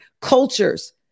cultures